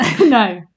No